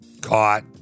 caught